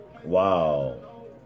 Wow